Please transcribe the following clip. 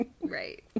Right